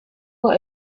were